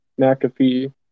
McAfee